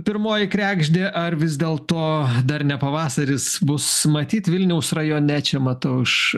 pirmoji kregždė ar vis dėlto dar ne pavasaris bus matyt vilniaus rajone čia matau iš